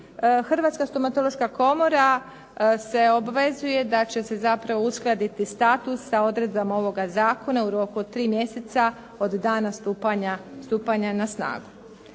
Hrvatska stomatološka komora se obvezuje da će se zapravo uskladiti status sa odredbama ovoga zakona u roku od 3 mjeseca od dana stupanja na snagu.